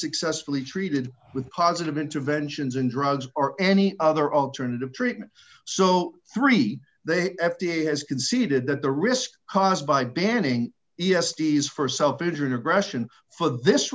successfully treated with positive interventions in drugs or any other alternative treatment so three they f d a has conceded that the risk caused by banning e s d is for self pity and aggression for this